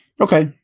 Okay